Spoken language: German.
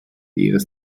ihres